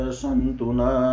santuna